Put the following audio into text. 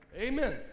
Amen